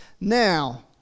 now